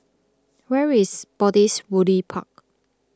where is Spottiswoode Park